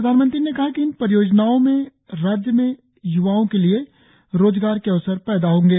प्रधानमंत्री ने कहा कि इन परियोजनाओं से राज्य में युवाओं के लिए रोजगार के अवसर पैदा होंगे